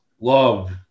love